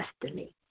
destiny